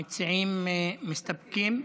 המציעים מסתפקים?